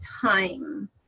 time